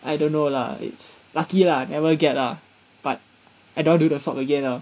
I don't know lah it's lucky lah never get lah but I don't want to do the swab again lah